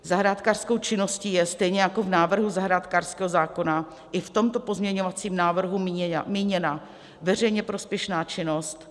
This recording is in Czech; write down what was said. Zahrádkářskou činností je, stejně jako v návrhu zahrádkářského zákona, i v tomto pozměňovacím návrhu míněna veřejně prospěšná činnost.